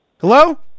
Hello